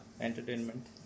entertainment